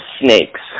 snakes